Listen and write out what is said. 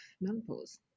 menopause